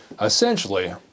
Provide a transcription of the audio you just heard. Essentially